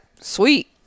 sweet